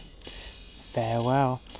Farewell